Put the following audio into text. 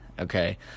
okay